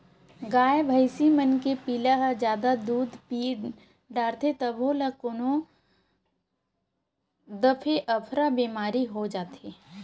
गाय भइसी मन के पिला ह जादा दूद पीय डारथे तभो ल कोनो दफे अफरा बेमारी हो जाथे